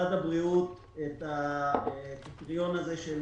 משרד הבריאות, את הקריטריון הזה של